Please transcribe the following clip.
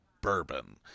bourbon